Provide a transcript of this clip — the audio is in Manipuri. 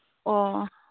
ꯑꯣ